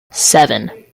seven